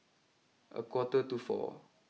a quarter to four